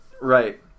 Right